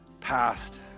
past